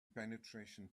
penetration